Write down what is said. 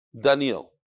Daniel